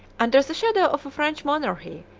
under the shadow of a french monarchy,